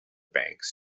banks